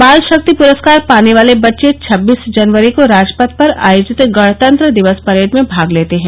बाल शक्ति पुरस्कार पाने वाले बच्चे छब्बीस जनवरी को राजपथ पर आयोजित गणतंत्र दिवस परेड में भाग लेते है